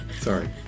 Sorry